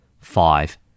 Five